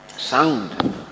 Sound